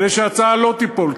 כדי שההצעה לא תיפול,